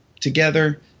together